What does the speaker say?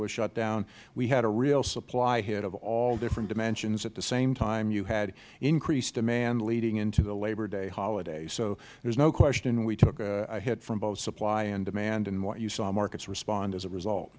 was shutdown we had a real supply hit of all different dimensions at the same time you had increased demand leading into the labor day holiday so there is no question we took a hit from both supply and demand and what you saw markets respond as a result